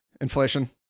Inflation